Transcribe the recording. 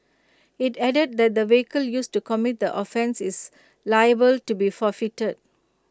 IT added that the vehicle used to commit the offence is liable to be forfeited